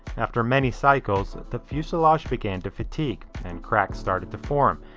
after many cycles, the fuselage began to fatigue and cracks started to form.